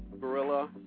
gorilla